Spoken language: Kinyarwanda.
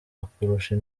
akurusha